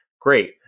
Great